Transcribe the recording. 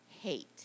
hate